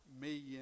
million